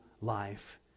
life